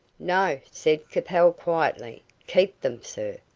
no, said capel quietly. keep them, sir.